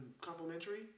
complimentary